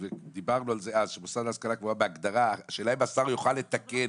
ודיברנו אז שמוסד להשכלה גבוהה השאלה אם השר יוכל לתקן,